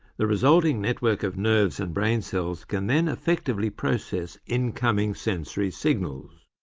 the resulting network of nerves and brain cells can then effectively process incoming sensory signals.